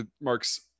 mark's